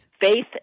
Faith